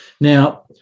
Now